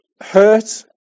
hurt